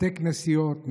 בתי כנסיות,